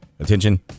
Attention